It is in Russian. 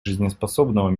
жизнеспособного